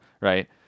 right